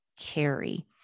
carry